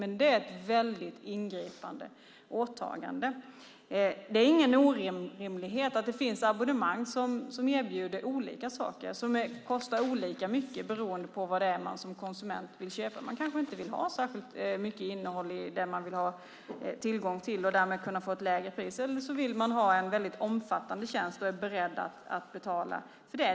Det är dock ett väldigt ingripande och åtagande. Det är ingen orimlighet att det finns abonnemang som erbjuder olika saker och kostar olika mycket beroende på vad det är man som konsument vill köpa. Man kanske inte vill ha särskilt mycket innehåll i det man vill tillgång till, och därmed kunna få ett lägre pris, eller så vill man ha en väldigt omfattande tjänst och är beredd att betala för det.